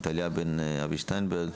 אני ד"ר בעז לב,